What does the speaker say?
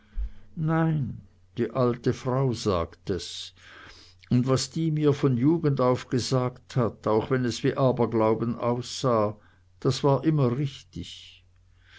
nein die alte frau sagt es und was die mir von jugend auf gesagt hat auch wenn es wie aberglauben aussah das war immer richtig